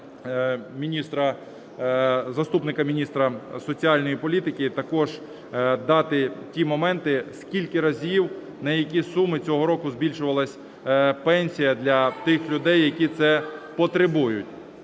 заступника міністра соціальної політики також дати ті моменти, скільки разів на які суми цього року збільшувалась пенсія для тих людей, які це потребують.